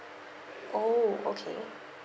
oh okay